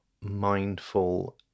mindful